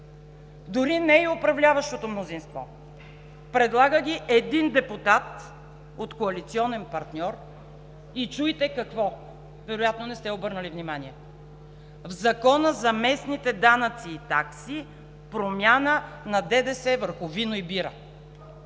Дори не и управляващото мнозинство, предлага ги един депутат коалиционен партньор! И чуйте какво, вероятно не сте обърнали внимание: в Закона за местните данъци и такси промяна на ДДС върху вино и бира.